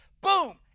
Boom